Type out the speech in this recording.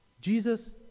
Jesus